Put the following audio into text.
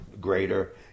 greater